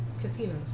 Casinos